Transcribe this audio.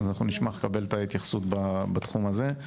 אז אנחנו נשמח לקבל התייחסות בתחום הזה,